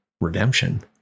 redemption